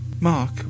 Mark